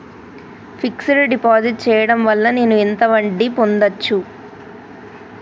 Fix డ్ deposit చేయటం వల్ల నేను ఎంత వడ్డీ పొందచ్చు?